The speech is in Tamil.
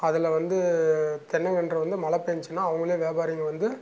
அதில் வந்து தென்னைங்கன்று வந்து மழை பெய்ஞ்சுனா அவங்களே வியாபாரிங்க வந்து